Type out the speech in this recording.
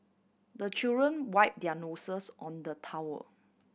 the children wipe their noses on the towel